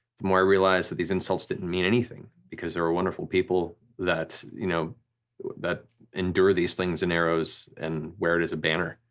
the more i realized that these insults didn't mean anything because they were wonderful people that you know that endure these slings and arrows and wear it as a banner.